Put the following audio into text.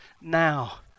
now